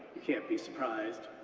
you can't be surprised.